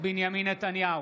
בנימין נתניהו,